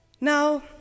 Now